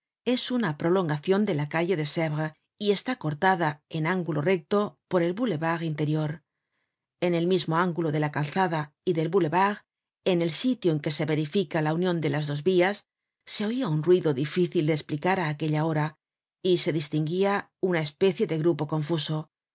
es una prolongacion de la calle de sevres y está cortada en ángulo recto por el boulevard interior en el mismo ángulo de la calzada y del boulevard en el sitio en que se verifica la union de las dos vias se oia un ruido difícil de esplicar á aquella hora y se distinguia una especie de grupo confuso del